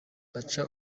baca